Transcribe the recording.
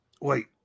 wait